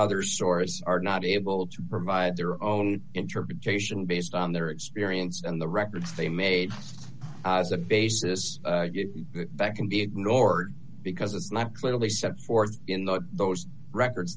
other stores are not able to provide their own interpretation based on their experience and the records they made as a basis that can be ignored because it's not clearly set forth in those records